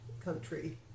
country